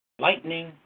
lightning